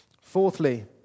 Fourthly